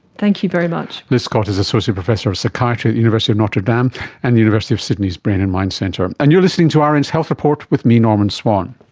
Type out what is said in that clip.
thank you very much. liz scott is associate professor of psychiatry at the university of notre dame and the university of sydney's brain and mind centre. and you're listening to um rn's health report with me, norman swan.